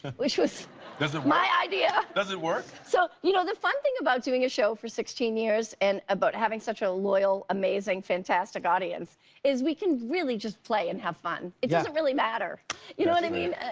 which was my idea. does it work. so you know, the fun thing about doing a show for sixteen years and about having such a loyal, amazing, fantastic audience is we can really just play and have fun. it doesn't really matter, you know what i mean and